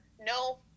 No